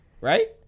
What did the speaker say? right